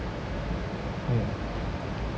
mm